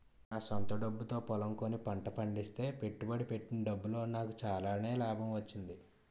నా స్వంత డబ్బుతో పొలం కొని పంట పండిస్తే పెట్టుబడి పెట్టిన డబ్బులో నాకు చాలానే లాభం వచ్చింది